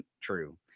true